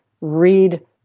Read